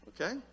Okay